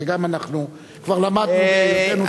גם את זה אנחנו כבר למדנו בהיותנו שרים.